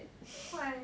why